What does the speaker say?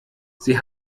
sie